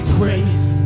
grace